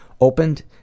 opened